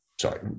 sorry